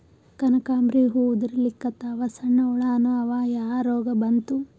ಕನಕಾಂಬ್ರಿ ಹೂ ಉದ್ರಲಿಕತ್ತಾವ, ಸಣ್ಣ ಹುಳಾನೂ ಅವಾ, ಯಾ ರೋಗಾ ಬಂತು?